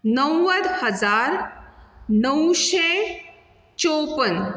णव्वद हजार णवशें चोवपन